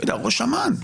ראש אמ"ן,